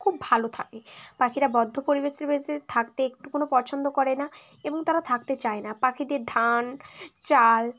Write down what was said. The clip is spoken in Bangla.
খুব ভালো থাকে পাখিরা বদ্ধ পরিবেশে থাকতে একটু কোনো পছন্দ করে না এবং তারা থাকতে চায় না পাখিদের ধান চাল